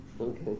Okay